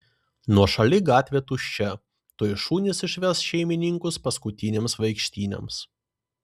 nuošali gatvė tuščia tuoj šunys išves šeimininkus paskutinėms vaikštynėms